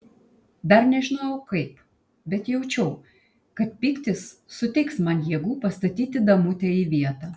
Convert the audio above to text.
dar nežinojau kaip bet jaučiau kad pyktis suteiks man jėgų pastatyti damutę į vietą